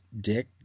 Dick